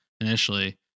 initially